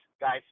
guys